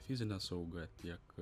fizinę saugą tiek